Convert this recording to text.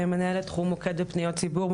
מנהלת תחום מוקד ופניות ציבור ,